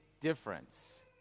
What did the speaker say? difference